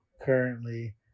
currently